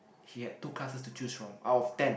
he had two classes to choose from out of ten